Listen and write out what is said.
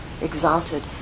exalted